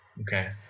Okay